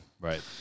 Right